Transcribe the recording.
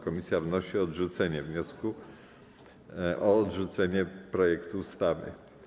Komisja wnosi o odrzucenie wniosku o odrzucenie projektu ustawy.